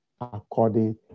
according